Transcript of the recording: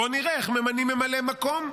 בוא נראה איך ממנים ממלא מקום,